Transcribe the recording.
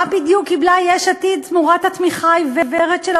מה בדיוק קיבלה יש עתיד תמורת התמיכה העיוורת שלה